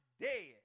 dead